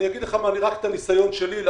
אני אגיד לך רק מהניסיון שלי,